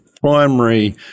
primary